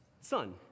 Sun